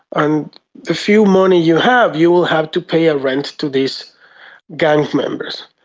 and the few money you have you will have to pay a rent to these gang members.